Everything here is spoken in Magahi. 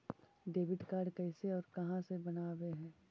डेबिट कार्ड कैसे और कहां से बनाबे है?